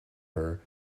her